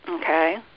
Okay